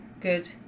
good